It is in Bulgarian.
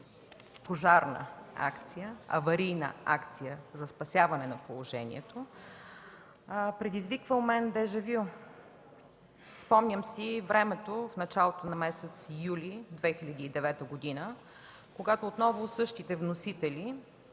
пожарна акция, аварийна акция за спасяване на положението – предизвиква у мен дежавю. Спомням си времето в началото на месец юли 2009 г., когато отново същите вносители